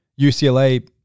UCLA